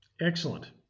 Excellent